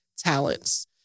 talents